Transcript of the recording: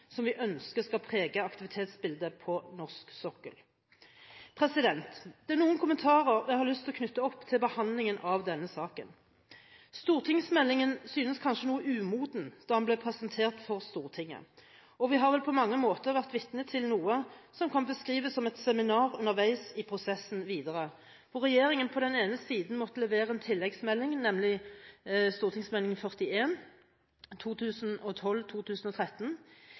som vi ønsker skal prege aktivitetsbildet på norsk sokkel. Det er noen kommentarer jeg har lyst til å knytte opp til behandlingen av denne saken. Stortingsmeldingen syntes kanskje noe umoden da den ble presentert for Stortinget, og vi har vel på mange måter vært vitne til noe som kan beskrives som et seminar underveis i prosessen videre – hvor regjeringen på den ene siden måtte levere en tilleggsmelding, nemlig